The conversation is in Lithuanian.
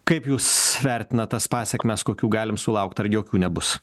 kaip jūs vertinat tas pasekmes kokių galim sulaukt ar jokių nebus